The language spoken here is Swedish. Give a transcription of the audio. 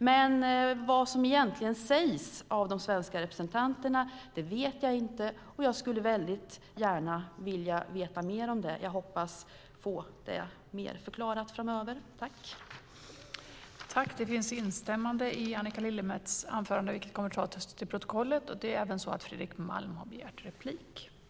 Men vad som egentligen sägs av de svenska representanterna vet jag inte. Jag skulle väldigt gärna vilja veta mer om det och hoppas att få mer förklarat framöver. I detta anförande instämde Valter Mutt .